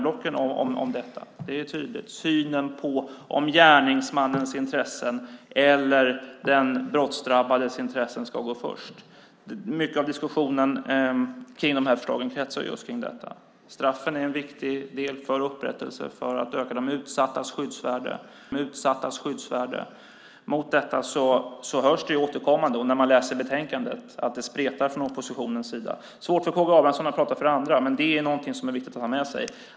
Mycket av diskussionen kretsar kring synen på om gärningsmannens intressen eller den brottsdrabbades intressen ska gå först. Straffen är en viktig del för upprättelse och för att öka de utsattas skyddsvärde. Mot detta hörs återkommande, och man ser i betänkandet, att det spretar från oppositionens sida. Det är svårt för Karl Gustav Abramsson att prata för andra, men det är något som är viktigt att ha med sig.